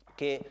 che